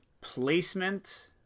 placement